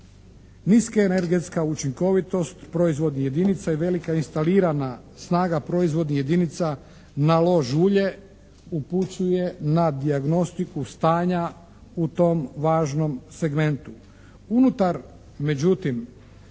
Niska energetska učinkovitost proizvodnih jedinica i velika instalirana snaga proizvodnih jedinica na lož ulje upućuje na dijagnostiku stanja u tom važnom segmentu.